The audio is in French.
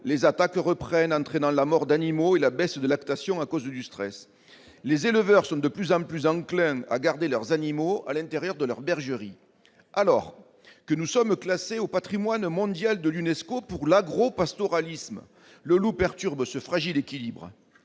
les attaques reprennent, entraînant la mort d'animaux et la baisse de la lactation, due au stress. Les éleveurs sont de plus en plus enclins à garder leurs animaux à l'intérieur des bergeries. Alors que nous sommes classés au patrimoine mondial de l'UNESCO pour l'agropastoralisme, le loup perturbe ce fragile équilibre.